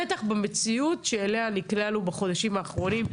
בטח במציאות שאליה נקלענו בחודשים האחרונים,